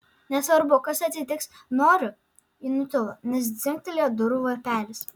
nesvarbu kas atsitiks noriu ji nutilo nes dzingtelėjo durų varpelis